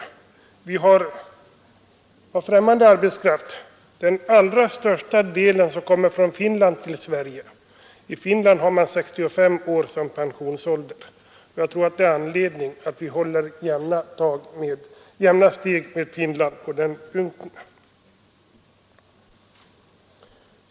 Av den främmande arbetskraften i vårt land kommer den allra största delen från Finland till Sverige. I Finland har man 65 år som pensionsålder, och jag tror att det finns anledning att vi håller jämna steg med Finland på den punkten.